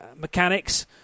mechanics